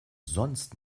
sonst